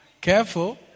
Careful